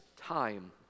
time